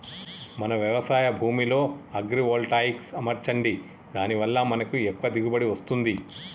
మన వ్యవసాయ భూమిలో అగ్రివోల్టాయిక్స్ అమర్చండి దాని వాళ్ళ మనకి ఎక్కువ దిగువబడి వస్తుంది